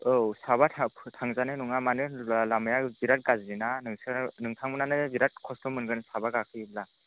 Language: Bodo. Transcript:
औ साबा थांजानाय नङा मानो होनोब्ला लामाया बेराथ गाज्रि ना नोंसोर नोंथांमोनानो बेराट खस्थ' मोनगोन साबा गाखोयोब्ला